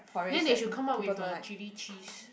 then they should come out with a chili cheese